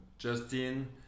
Justin